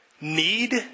need